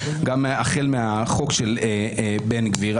החל מהחוק של בן גביר.